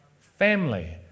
family